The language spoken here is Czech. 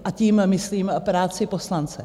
A tím myslím práci poslance.